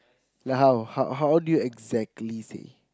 like how how how do you exactly say